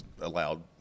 allowed